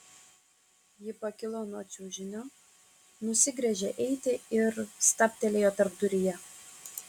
ji pakilo nuo čiužinio nusigręžė eiti ir stabtelėjo tarpduryje